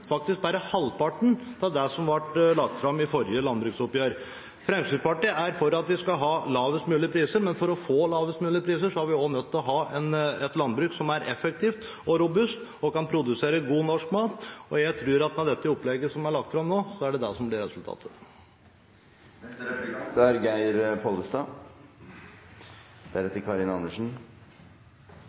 faktisk bare halvparten av det som ble lagt fram i forrige landbruksoppgjør. Fremskrittspartiet er for at vi skal ha lavest mulig priser, men for å få lavest mulig priser er vi nødt til å ha et landbruk som er effektivt og robust, og som kan produsere god norsk mat. Jeg tror at med det opplegget som er lagt fram nå, er det det som blir resultatet.